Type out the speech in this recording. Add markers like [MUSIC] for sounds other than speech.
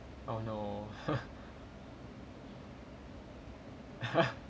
oh no [LAUGHS] [LAUGHS]